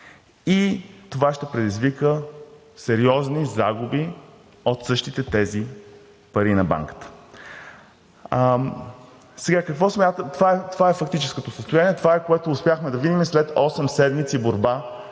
и това ще предизвика сериозни загуби от същите тези пари на банката. Това е фактическото състояние, това е, което успяхме да видим след осем седмици борба